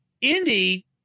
Indy